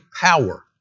power